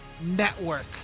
Network